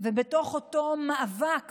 ובתוך אותו מאבק